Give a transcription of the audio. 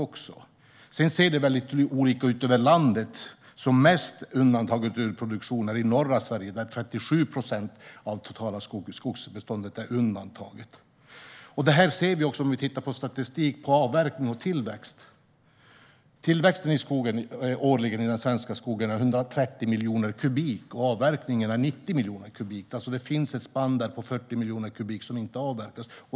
Sedan ser det olika ut över landet. Mest undantaget från produktion är det i norra Sverige där 37 procent av det totala skogsbeståndet är undantaget. Det här ser vi också om vi tittar på statistik på avverkning och tillväxt. Den årliga tillväxten i den svenska skogen är 130 miljoner kubik, och avverkningen är 90 miljoner kubik. Det finns alltså ett spann på 40 miljoner kubik som inte avverkas.